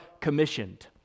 commissioned